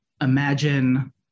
imagine